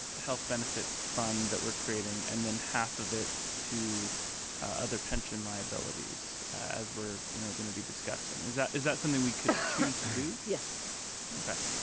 health benefit fund that we're creating and then half of it to other pension liabilities, as we're you know gonna be discussing? is that is that something we could choose okay,